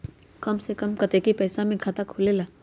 कम से कम कतेइक पैसा में खाता खुलेला?